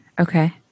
Okay